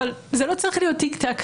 אבל זה לא צריך להיות תיק-תק,